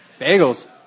Bagels